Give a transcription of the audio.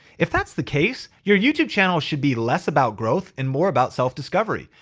if that's the case, your youtube channel should be less about growth and more about self-discovery.